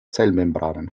zellmembranen